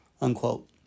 unquote